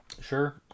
Sure